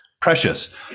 precious